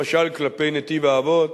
למשל כלפי נתיב-האבות,